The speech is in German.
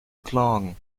beklagen